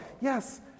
Yes